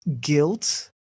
guilt